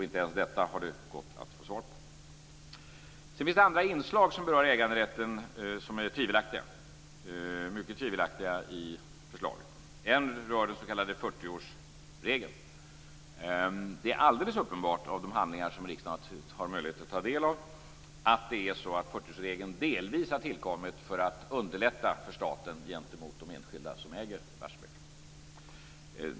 Inte ens detta har det gått att få svar på. Det finns även andra inslag som berör äganderätten som är mycket tvivelaktiga i förslaget. Ett rör den s.k. 40-årsregeln. Det framgår alldeles uppenbart i de handlingar som riksdagen har haft möjlighet att ta del av att 40-årsregeln delvis har tillkommit för att underlätta för staten gentemot de enskilda som äger Barsebäck.